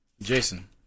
Jason